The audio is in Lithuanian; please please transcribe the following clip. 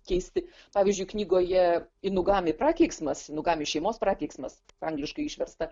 keisti pavyzdžiui knygoje inugami prakeiksmas inugami šeimos prakeiksmas angliškai išversta